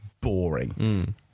boring